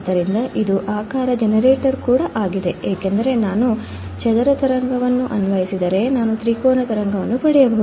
ಆದ್ದರಿಂದ ಇದು shape generator ಕೂಡ ಆಗಿದೆ ಏಕೆಂದರೆ ನಾನು ಚದರ ತರಂಗವನ್ನು ಅನ್ವಯಿಸಿದರೆ ನಾನು ತ್ರಿಕೋನ ತರಂಗವನ್ನು ಪಡೆಯಬಹುದು